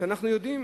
כשאנחנו יודעים